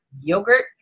yogurt